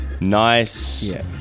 nice